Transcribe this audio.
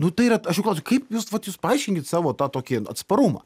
nu tai yra aš jų klausiu kaip jūs vat jūs paaiškinkit savo tą tokį atsparumą